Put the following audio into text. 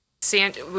Sand